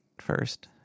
first